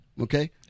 Okay